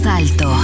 alto